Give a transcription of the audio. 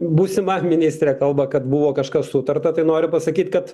būsima ministrė kalba kad buvo kažkas sutarta tai noriu pasakyt kad